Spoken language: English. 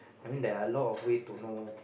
I mean there are lot of ways to know